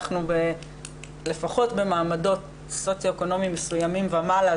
לפחות במעמדות סוציו אקונומיים מסוימים ומעלה,